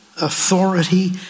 authority